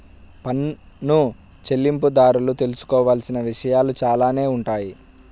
పన్ను చెల్లింపుదారులు తెలుసుకోవాల్సిన విషయాలు చాలానే ఉంటాయి